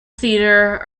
theater